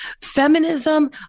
feminism